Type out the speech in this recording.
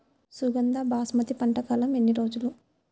సుగంధ బాస్మతి పంట కాలం ఎన్ని రోజులు?